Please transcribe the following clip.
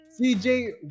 CJ